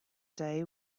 day